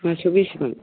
मासेआव बेसेबां